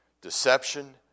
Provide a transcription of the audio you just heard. Deception